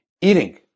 Eating